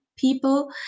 People